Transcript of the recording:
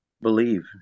believe